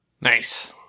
nice